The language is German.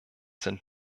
sind